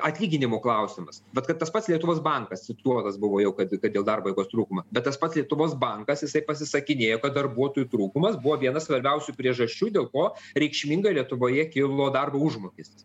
atlyginimo klausimas bet kad tas pats lietuvos bankas cituotas buvo jau kad dėl darbo jėgos trūkumo bet tas pats lietuvos bankas jisai pasisakinėjo kad darbuotojų trūkumas buvo viena svarbiausių priežasčių dėl ko reikšmingai lietuvoje kilo darbo užmokestis